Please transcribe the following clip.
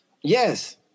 Yes